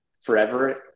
forever